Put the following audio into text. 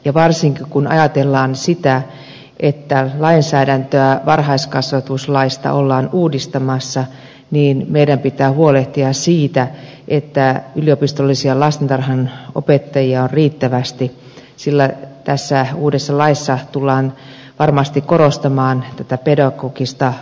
varsinkin kun ajatellaan sitä että lainsäädäntöä varhaiskasvatuslaista ollaan uudistamassa meidän pitää huolehtia siitä että yliopistollisia lastentarhanopettajia on riittävästi sillä uudessa laissa tullaan varmasti korostamaan tätä pedagogista puolta